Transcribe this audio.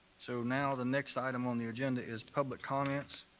so now the next item on the agenda is public comments.